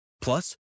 plus